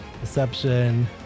deception